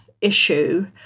issue